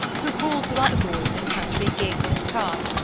who called to other boys in country gigs and carts,